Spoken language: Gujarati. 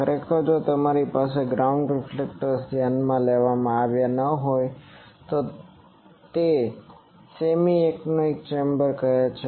ખરેખર જો તમારી પાસે ગ્રાઉન્ડ રિફ્લેક્શન્સ ધ્યાનમાં લેવામાં આવ્યાં ન હોય તો તે સેમી એનાકોઇક કહેવાય છે